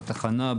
התחנה,